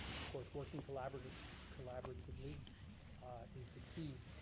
of course working collaboratively collaboratively is the key,